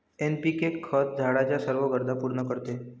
NPK खत झाडाच्या सर्व गरजा पूर्ण करते